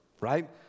right